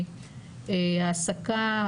העסקה,